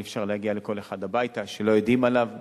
אי-אפשר להגיע לכל אחד שלא יודעים עליו הביתה.